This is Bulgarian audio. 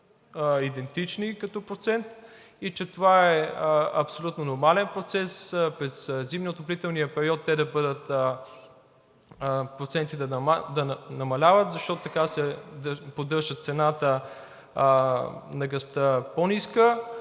идентични като процент и че това е абсолютно нормален процес през зимния отоплителен период – процентите да намаляват, защото така се поддържа цената на газа по-ниска,